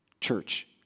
Church